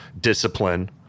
discipline